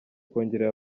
kongerera